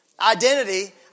Identity